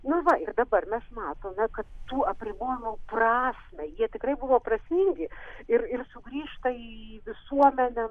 nu va ir dabar mes matome kad tų apribojimų prasmę jie tikrai buvo prasmingi ir ir sugrįžta į visuomenę